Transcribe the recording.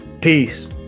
Peace